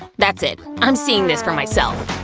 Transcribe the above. that's it. i'm seeing this for myself.